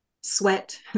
sweat